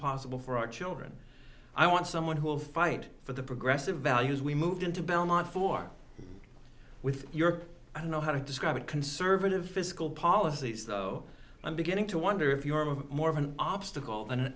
possible for our children i want someone who will fight for the progressive values we moved into belmont for with your i don't know how to describe it conservative fiscal policies though i'm beginning to wonder if your more of an obstacle an